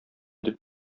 дип